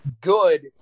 good